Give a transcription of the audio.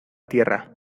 tierra